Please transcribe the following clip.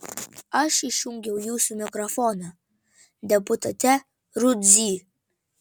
aš išjungiau jūsų mikrofoną deputate rudzy